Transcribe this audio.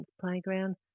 playground